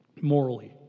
morally